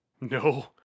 no